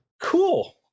cool